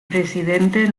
presidente